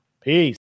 Peace